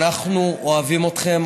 אנחנו אוהבים אתכם.